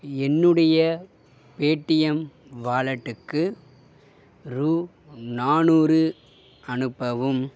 என்னுடைய பேடீஎம் வாலெட்டுக்கு ரூ நானூறு அனுப்பவும்